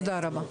תודה רבה.